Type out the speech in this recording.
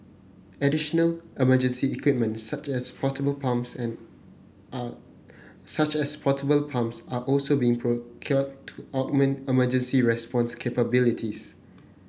additional emergency equipment such as portable pumps and are such as portable pumps are also being procured to augment emergency response capabilities